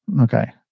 Okay